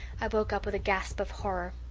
i woke up with a gasp of horror.